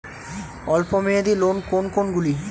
অল্প মেয়াদি লোন কোন কোনগুলি?